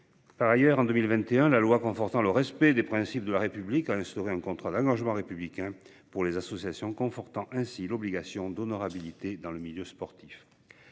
Par ailleurs, en 2021, la loi confortant le respect des principes de la République a instauré un contrôle hein je vois républicain pour les associations, confortant ainsi l'obligation d'honorabilité dans le milieu sportif.